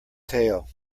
tale